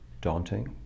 daunting